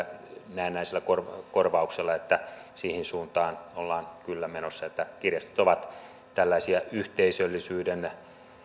näennäisellä korvauksella siihen suuntaan ollaan kyllä menossa että kirjastot ovat tällaisia yhteisöllisyyden